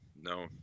No